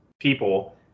people